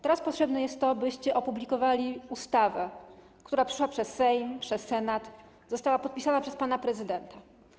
Teraz potrzebne jest to, byście opublikowali ustawę, która przeszła przez Sejm, przez Senat, została podpisana przez pana prezydenta.